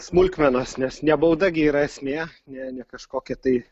smulkmenos nes ne bauda gi yra esmė ne ne kažkokia tai